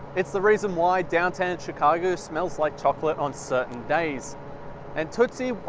it's the reason why downtown chicago smell like chocolate on certain days and tootsie,